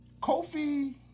Kofi